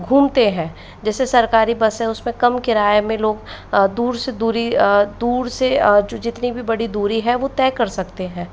घूमते है जैसे सरकारी बस है उसमें कम किराये में लोग दूर से दूरी दूर से जो जितनी भी बड़ी दूरी है वो तय कर सकते हैं